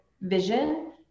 vision